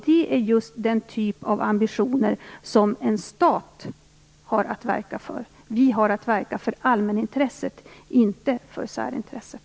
Det är just den typ av ambitioner som staten har att verka för. Den har verka för allmänintresset, inte för särintresset.